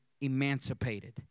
emancipated